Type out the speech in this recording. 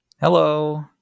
hello